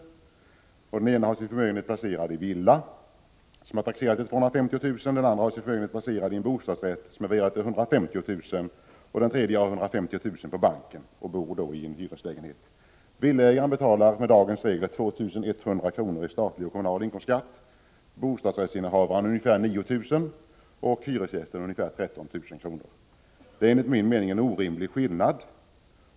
Den förste folkpensionären har sin förmögenhet placerad i en villa som är taxerad till 250 000 kr. Den andre har sin förmögenhet placerad i en bostadsrätt som är värderad till 150 000 kr. Den tredje har 150 000 kr. på banken och bor i en hyreslägenhet. Villaägaren betalar, enligt de regler som gäller i dag, 2 100 kr. i statlig och kommunal inkomstskatt. Bostadsrättsinnehavaren betalar ungefär 9 000 kr. och hyresgästen betalar ungefär 13 000 kr. Det föreligger här enligt min mening en orimlig skillnad.